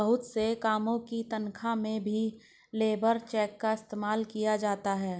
बहुत से कामों की तन्ख्वाह में भी लेबर चेक का इस्तेमाल किया जाता है